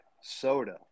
soda